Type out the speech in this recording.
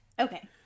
Okay